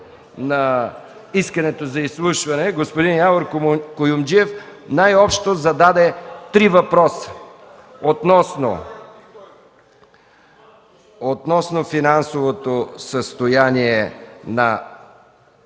на искането за изслушване господин Явор Куюмджиев зададе най-общо три въпроса: относно финансовото състояние на